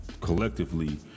collectively